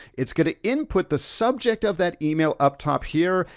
it's gonna input the subject of that email up top here,